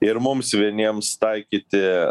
ir mums vieniems taikyti